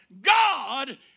God